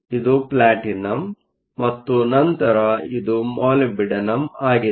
ಇದು ಪ್ಲಾಟಿನಂ ಮತ್ತು ನಂತರ ಇದು ಮಾಲಿಬ್ಡಿನಮ್ ಆಗಿದೆ